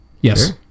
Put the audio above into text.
Yes